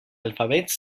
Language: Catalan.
alfabets